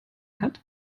hat